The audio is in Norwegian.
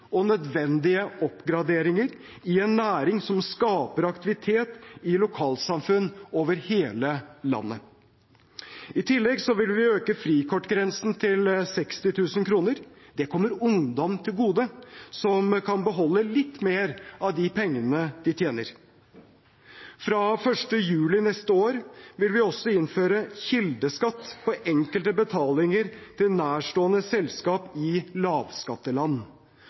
og nødvendige oppgraderinger i en næring som skaper aktivitet i lokalsamfunn over hele landet. I tillegg vil vi øke frikortgrensen til 60 000 kr. Det kommer ungdom til gode, som nå kan beholde litt mer av de pengene de tjener. Fra 1. juli neste år vil vi også innføre kildeskatt på enkelte betalinger til nærstående selskap i lavskatteland.